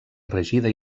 regida